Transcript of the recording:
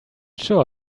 sure